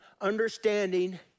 understanding